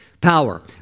Power